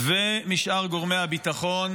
ומשאר גורמי הביטחון,